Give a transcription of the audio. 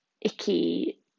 icky